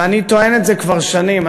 ואני טוען את זה כבר שנים.